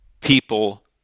people